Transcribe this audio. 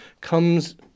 comes